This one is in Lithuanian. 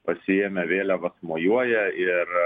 pasiėmę vėliavas mojuoja ir